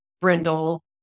brindle